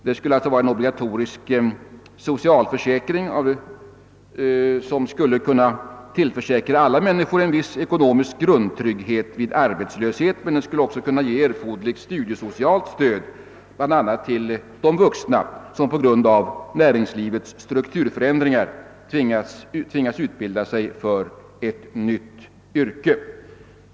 Den skulle alltså vara obligatorisk och tillförsäkra alla människor en viss ekonomisk grund trygghet vid arbetslöshet men också ge erforderligt studiesocialt stöd, bl.a. till de vuxna som på grund av näringslivets strukturförändringar tvingas utbilda sig för ett nytt yrke.